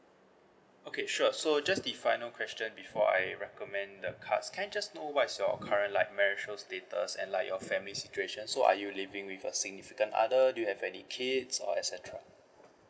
okay sure so just the final question before I recommend the cards can I just know what is your current like marital status and like your family situation so are you living with a significant other do you have any kids or et cetera